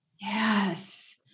Yes